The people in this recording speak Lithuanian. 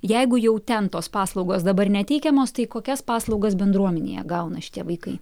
jeigu jau ten tos paslaugos dabar neteikiamos tai kokias paslaugas bendruomenėje gauna šitie vaikai